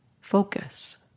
focus